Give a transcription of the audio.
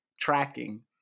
tracking